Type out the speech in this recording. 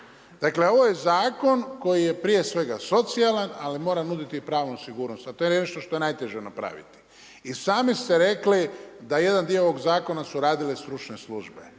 Dakle ovo je zakon koji je prije svega socijalan ali mora nuditi i pravnu sigurnost a to je nešto što je najteže napraviti. I sami ste rekli da jedan dio ovoga zakona su radile stručne službe.